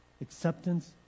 acceptance